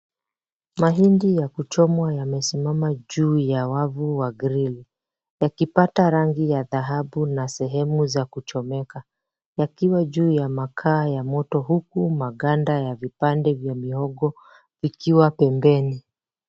Mahindi yakuchomwa yamesimama juu ya wavu wa grili yakipata rangi ya dhahabu na sehemu za kuchomeka. Yakiwa juu ya makaa ya moto huku maganda ya vipande vya muhogo ikiwa pembeni.